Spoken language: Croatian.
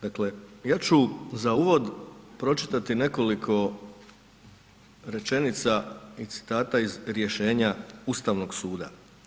Dakle, ja ću za uvod pročitati nekoliko rečenica i citata iz rješenja Ustavnog suda.